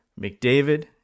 McDavid